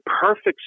perfect